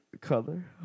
color